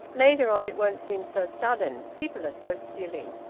later on, it won't seem so sudden people are so silly.